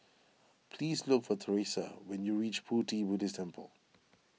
please look for theresia when you reach Pu Ti Buddhist Temple